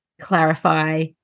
clarify